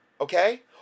Okay